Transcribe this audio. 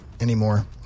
Anymore